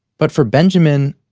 but for benjamin,